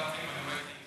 אני רואה את הפקקים,